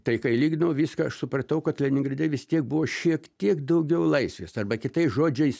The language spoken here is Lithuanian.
tai kai lyginau viską aš supratau kad leningrade vis tiek buvo šiek tiek daugiau laisvės arba kitais žodžiais